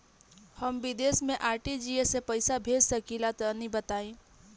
हम विदेस मे आर.टी.जी.एस से पईसा भेज सकिला तनि बताई?